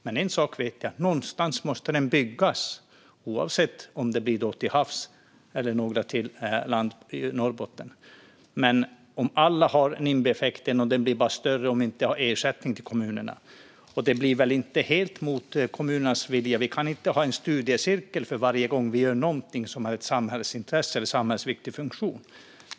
Men en sak vet jag: Någonstans måste den byggas oavsett om det blir till havs eller på land i Norrbotten. Det går inte om alla har NIMBY-effekten, och den blir bara större om vi inte har ersättning till kommunerna. Det blir väl inte heller helt mot kommunernas vilja. Vi kan inte ha en studiecirkel för varje gång vi gör någonting som är ett samhällsintresse eller en samhällsviktig funktion.